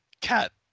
cat